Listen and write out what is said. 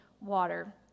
water